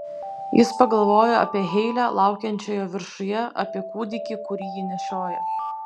jis pagalvojo apie heilę laukiančią jo viršuje apie kūdikį kurį ji nešioja